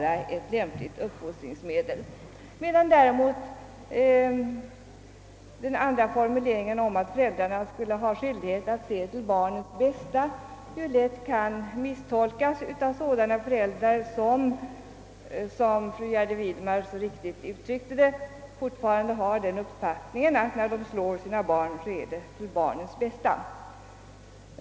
Den andra formuleringen, att föräldrarna skulle ha skyldighet att se till barnets bästa, kan däremot misstolkas av personer vilka — som fru Gärde Widemar så riktigt uttryckte det — fortfarande har den inställningen att, när de slår sina barn, är detta till barnens bästa.